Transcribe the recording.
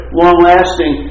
long-lasting